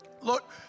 look